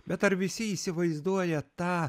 bet ar visi įsivaizduoja tą